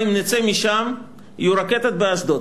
אם נצא משם יהיו רקטות באשדוד.